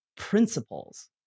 principles